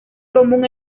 común